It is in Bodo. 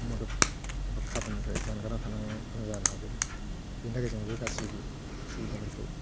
मदद एबा खाबुनिफ्राय जानगारना थानांगौनि गोनां जानो हागौ बेनि थाखाय जोंबो गासिबो सुबिदाफोरखौ